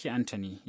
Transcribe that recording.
Anthony